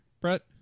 Brett